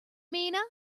mina